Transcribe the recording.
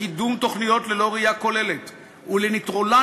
לקידום תוכניות ללא ראייה כוללת ולנטרולן